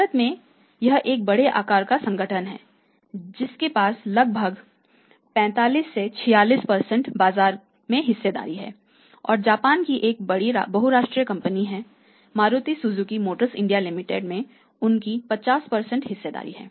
भारत में यह एक बड़े आकार का संगठन है जिनके पास लगभग 45 46 बाजार में हिस्सेदारी है और जापान कि एक बड़ी बहुराष्ट्रीय कंपनी है Maruti Suzuki motor India limited में उनकी 50 हिस्सेदारी है